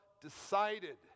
decided